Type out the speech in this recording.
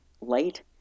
late